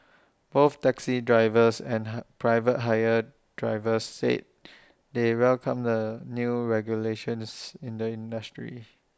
both taxi drivers and private hire drivers said they welcome the new regulations in the industry